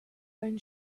own